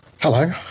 hello